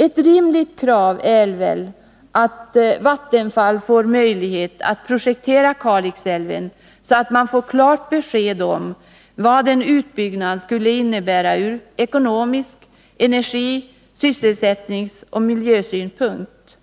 Ett rimligt krav är väl att Vattenfall får möjlighet att projektera Kalixälven, så att man får klart besked om vad en utbyggnad skulle innebära ur ekonomisk synpunkt samt ur energi-, sysselsättningsoch miljösynpunkt.